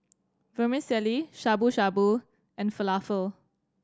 Vermicelli Shabu Shabu and Falafel